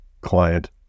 client